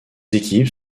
équipes